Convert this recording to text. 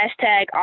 hashtag